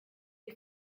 des